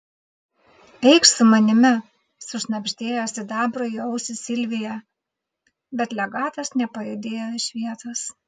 eikš su manimi sušnabždėjo sidabrui į ausį silvija bet legatas nepajudėjo iš vietos